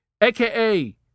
AKA